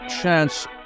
chance